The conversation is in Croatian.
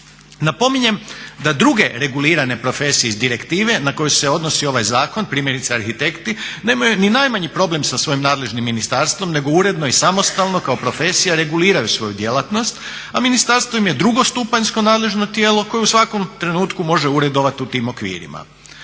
Napominjem da druge regulirane profesije iz direktive na koju se odnosi ovaj zakon, primjerice arhitekti nemaju ni najmanji problem sa svojim nadležnim ministarstvom nego uredno i samostalno kao profesija reguliraju svoju djelatnost, a ministarstvo im je drugostupanjsko nadležno tijelo koje u svakom trenutku može uredovat u tim okvirima.